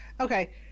Okay